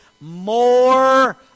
more